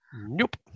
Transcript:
Nope